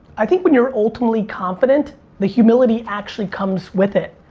i think when you're ultimately confident the humility actually comes with it.